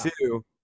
two